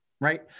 right